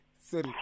Sorry